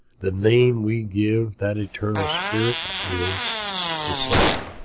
the name we give that eternal spirit is the soul.